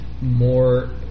more